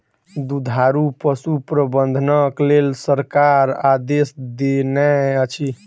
दुधारू पशु प्रबंधनक लेल सरकार आदेश देनै अछि